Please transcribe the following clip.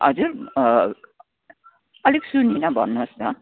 हजुर अलिक सुनिनँ भन्नुहोस् न